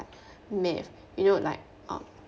math you know like um